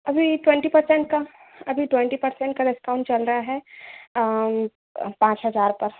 अभी twenty percent का अभी ट्वेंटी पर्सेंट का डिस्काउंट चल रहा है पाँच हज़ार पर